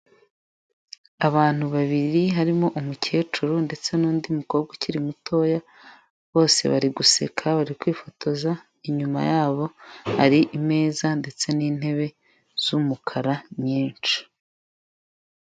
Abantu babiri harimo umukecuru ndetse n'undi mukobwa ukiri mutoya bose bari guseka bari kwifotoza inyuma yabo hari imeza ndetse n'intebe z'umukara nyinshi.